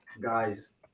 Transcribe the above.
guys